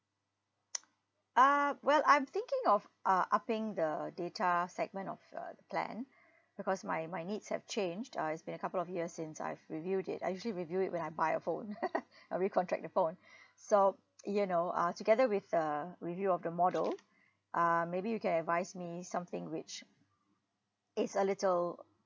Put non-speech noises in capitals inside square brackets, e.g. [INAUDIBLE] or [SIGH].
[NOISE] uh well I'm thinking of uh upping the data segment of uh the plan because my my needs have changed uh it's been a couple of years since I've reviewed it I usually review it when I buy a phone [LAUGHS] uh recontract the phone [BREATH] so you know err together with the review of the model um maybe you can advise me something which is a little